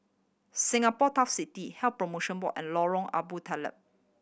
Singapore Turf City Health Promotion Board and Lorong Abu Talib